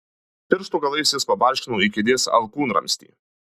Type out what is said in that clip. pirštų galais jis pabarškino į kėdės alkūnramstį